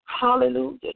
Hallelujah